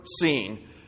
seen